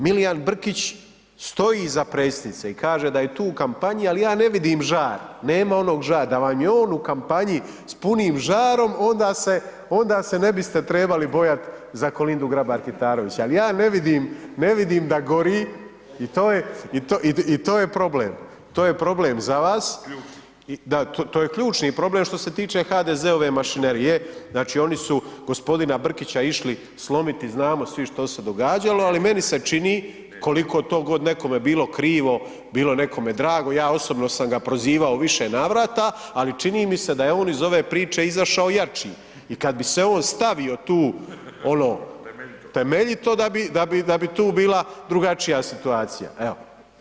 Milijan Brkić stoji iza Predsjednice i kaže da je tu u kampanji ali ja ne vidim žar, nema onog žara, da vam je on u kampanji sa punim žarom, onda se ne biste trebali bojat za K. Grabar Kitarović ali ja ne vidim da gori i to je problem, to je problem za vas …… [[Upadica sa strane, ne razumije se.]] Da, to je ključni problem što se tiče HDZ-ove mašinerije, znači oni su g. Brkića išli slomiti, znamo svi što se događalo ali meni se čini koliko god to nekome bilo krivo, bilo nekome drago, ja osobno sam ga prozivao u više navrata, ali čini mi se da je on iz ove priče izašao jači i kad bi se on stavio tu ono temeljito, da bi tu bila drugačija situacija, evo.